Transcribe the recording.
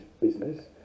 Business